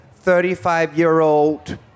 35-year-old